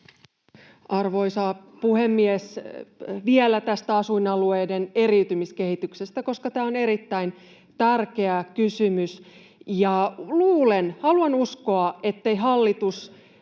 Arvoisa puhemies! Vielä tästä asuinalueiden eriytymiskehityksestä, koska tämä on erittäin tärkeä kysymys. Luulen ja haluan uskoa, ettei hallitus